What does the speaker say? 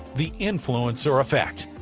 the influencer effect.